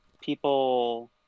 people